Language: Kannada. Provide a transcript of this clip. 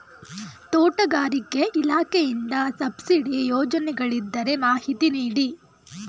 ತೋಟಗಾರಿಕೆ ಇಲಾಖೆಯಿಂದ ಸಬ್ಸಿಡಿ ಯೋಜನೆಗಳಿದ್ದರೆ ಮಾಹಿತಿ ನೀಡಿ?